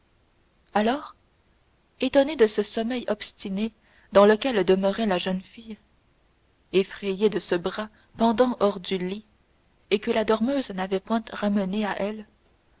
alors étonnée de ce sommeil obstiné dans lequel demeurait la jeune fille effrayée de ce bras pendant hors du lit et que la dormeuse n'avait point ramené à elle